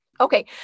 okay